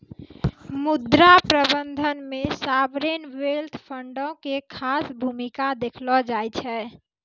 मुद्रा प्रबंधन मे सावरेन वेल्थ फंडो के खास भूमिका देखलो जाय छै